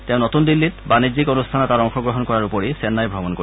তেওঁ নতুন দিল্লীত ব্যণিজ্যিক অনুষ্ঠান এটাত অংশগ্ৰহণ কৰাৰ উপৰি চেন্নাই ভ্ৰমণ কৰিব